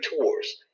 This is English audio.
tours